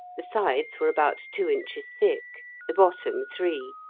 the sides were about two inches thick, the bottom three,